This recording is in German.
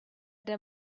der